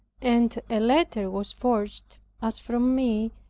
and a letter was forged as from me,